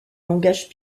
langage